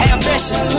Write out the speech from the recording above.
Ambition